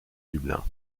dublin